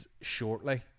shortly